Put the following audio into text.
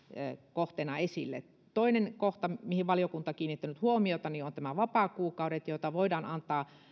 kohteena esille toinen kohta mihin valiokunta on kiinnittänyt huomiota ovat nämä vapaakuukaudet joita voidaan antaa